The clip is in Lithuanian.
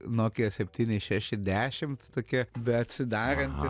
nokia septyni šeši dešimt tokia beatsidaranti